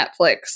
Netflix